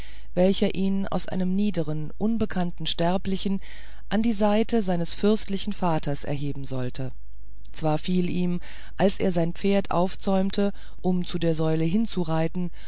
welcher ihn aus einem niederen unbekannten sterblichen an die seite eines fürstlichen vaters erheben sollte zwar fiel ihm als er sein pferd aufzäumte um zu der säule